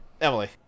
Emily